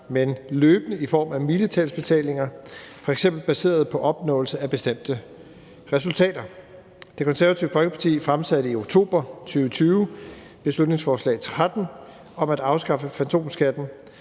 men løbende i form af milepælsbetalinger, f.eks. baseret på opnåelse af bestemte resultater. Det Konservative Folkeparti fremsatte i oktober 2020 beslutningsforslag B 13 om at afskaffe fantomskatten,